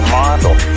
model